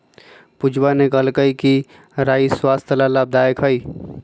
पूजवा ने कहल कई कि राई स्वस्थ्य ला लाभदायक हई